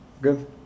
Good